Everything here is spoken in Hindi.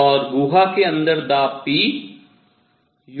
और गुहा के अंदर दाब p u3 है